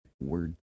Word